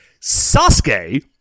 sasuke